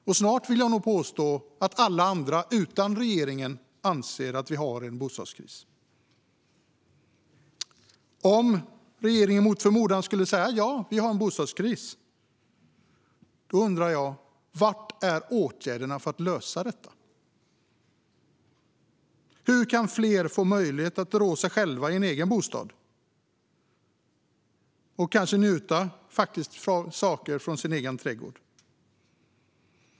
Och jag vill påstå att snart anser alla andra, utom regeringen, att vi har en bostadskris. Om regeringen mot förmodan skulle säga att vi har en bostadskris undrar jag var åtgärderna är för att lösa den. Hur kan fler få möjlighet att rå sig själva i en egen bostad och kanske njuta av saker från sin egen trädgård?